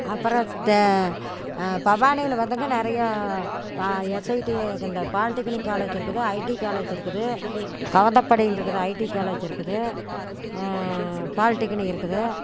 அப்றம் தே பவானியில் வந்துங்க நிறையா எஸ்ஐடி இந்த பாலிடெக்னிக் காலேஜ் இருக்குது ஐடி காலேஜ் இருக்குது கவுந்தபாடியில் இருக்குது ஐடி காலேஜ் இருக்குது பாலிடெக்னிக் இருக்குது